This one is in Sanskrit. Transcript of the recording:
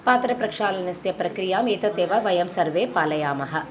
पात्रप्रक्षालनस्य प्रक्रियाम् एतदेव वयं सर्वे पालयामः